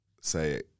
say